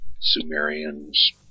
Sumerians